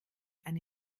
eine